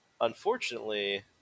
Unfortunately